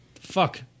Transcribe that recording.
Fuck